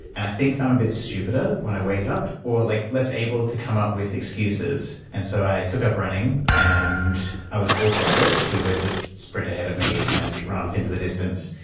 and i think i'm a bit stupider when i wake up, or like less able to come up with excuses. and so i took up running, and i was awful at it. she would just sprint ahead of me and run off into the distance.